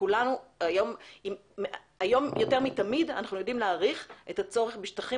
היום יותר מתמיד אנחנו יודעים להעריך את הצורך בשטחים